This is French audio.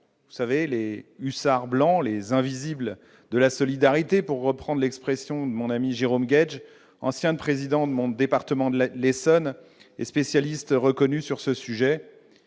000 agents, les « hussards blancs, les invisibles de la solidarité », pour reprendre l'expression de mon ami Jérôme Guedj, ancien président de mon département de l'Essonne et spécialiste reconnu de ce sujet.